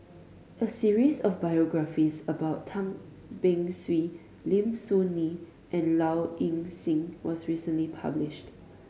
a series of biographies about Tan Beng Swee Lim Soo Ngee and Low Ing Sing was recently published